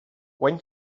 when